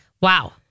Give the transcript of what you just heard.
Wow